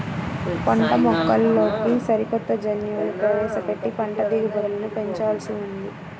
పంటమొక్కల్లోకి సరికొత్త జన్యువులు ప్రవేశపెట్టి పంట దిగుబడులను పెంచాల్సి ఉంది